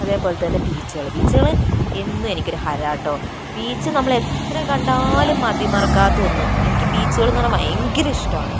അതേപോലെ തന്നെ ബീച്ചുകൾ ബീച്ചുകൾ എന്നും എനിക്കൊരു ഹരാമാണ് കേട്ടോ ബീച്ച് നമ്മൾ എത്രകണ്ടാലും മതിമറക്കാത്ത ഒന്ന് എനിക്ക് ബീച്ചുകളെന്നു പറഞ്ഞാൽ ഭയങ്കര ഇഷ്ടമാണ്